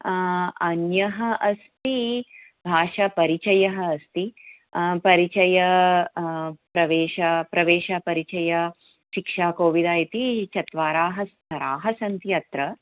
अन्यः अस्ति भाषापरिचयः अस्ति परिचयप्रवेशः प्रवेशपरिचयः शिक्षाकोविदा इति चत्वारः स्तराः सन्ति अत्र